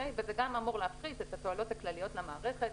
וזה גם אמור להפחית את התועלות הכלליות למערכת,